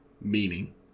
meaning